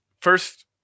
first